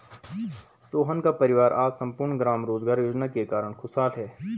सोहन का परिवार आज सम्पूर्ण ग्राम रोजगार योजना के कारण खुशहाल है